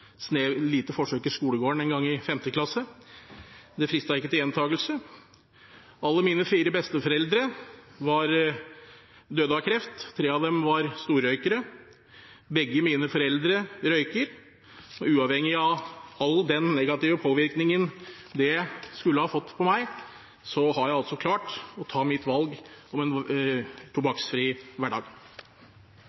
lite forsøk i skolegården en gang i 5. klasse. Det fristet ikke til gjentakelse. Alle mine fire besteforeldre døde av kreft, tre av dem var storrøykere. Begge mine foreldre røyker. Uavhengig av all den negative påvirkningen det skulle ha hatt på meg, har jeg altså klart å ta mitt valg om en